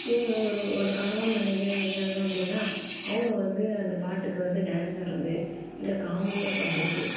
இவங்க ஒரு ஒரு கணவன் மனைவியாக இருந்தாங்க அப்படின்னா அவங்க வந்து அந்த பாட்டுக்கு வந்து டான்ஸ் ஆடுறது இல்லை காமெடியாக பண்ணுறது